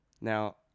Now